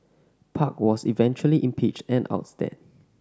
park was eventually impeached and ousted